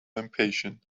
impatient